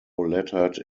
lettered